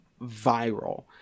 viral